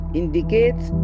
indicates